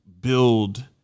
build